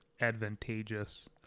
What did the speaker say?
advantageous